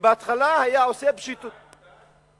ובהתחלה היה עושה, שנת 152,